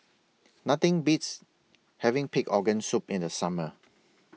Nothing Beats having Pig Organ Soup in The Summer